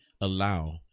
allow